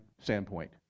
standpoint